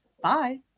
Bye